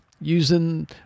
using